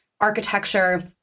architecture